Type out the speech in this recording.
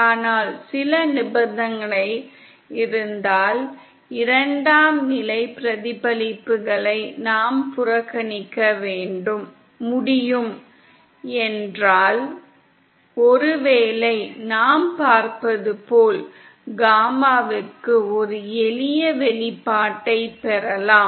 ஆனால் சில நிபந்தனைகள் இருந்தால் இரண்டாம் நிலை பிரதிபலிப்புகளை நாம் புறக்கணிக்க முடியும் என்றால் ஒருவேளை நாம் பார்ப்பது போல் காமாவுக்கு ஒரு எளிய வெளிப்பாட்டைப் பெறலாம்